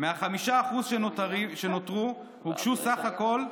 מה-5% שנותרו הוגשו בסך הכול,